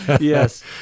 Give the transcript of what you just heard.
Yes